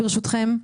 ברשותכם.